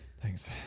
Thanks